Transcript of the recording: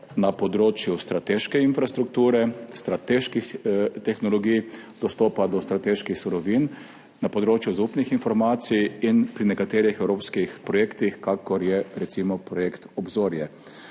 na področju strateške infrastrukture, strateških tehnologij, dostopa do strateških surovin, na področju zaupnih informacij in pri nekaterih evropskih projektih, kakor je recimo projekt Obzorje.